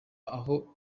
aho